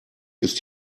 ist